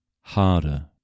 harder